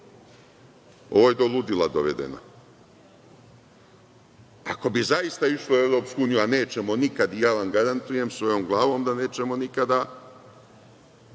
Ovo je do ludila dovedeno. Ako bi zaista ušli u EU, a nećemo nikad, ja vam garantujem svojom glavom da nećemo nikada,